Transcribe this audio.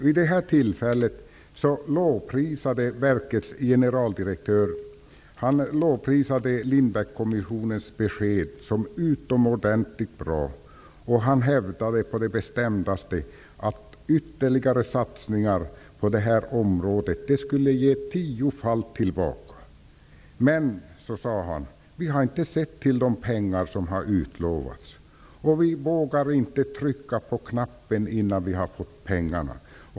Vid det tillfället lovprisade verkets generaldirektör Lindbeckkommissionens besked som utomordentligt bra, och han hävdade bestämt att ytterligare satsningar på det här området skulle ge tiofalt igen. Men så sade han: Vi har inte sett till de pengar som har utlovats, och vi vågar inte trycka på knappen innan vi har fått pengarna.